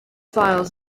files